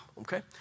okay